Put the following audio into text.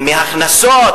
מהכנסות,